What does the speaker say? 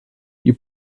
you